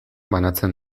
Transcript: banatzen